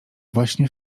właśnie